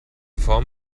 form